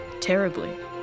Terribly